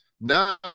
now